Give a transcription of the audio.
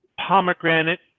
pomegranate